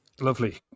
Lovely